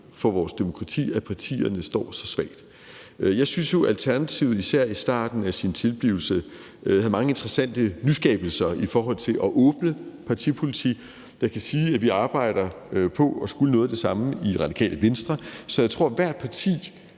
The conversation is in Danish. for vores demokrati, at partierne står så svagt. Jeg synes jo, at Alternativet, især i starten af sin tilblivelse, havde mange interessante nyskabelser i forhold til at åbne partipolitik. Jeg kan sige, at vi arbejder på at skulle noget af det samme i Radikale Venstre. Så jeg tror, hvert parti